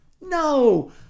No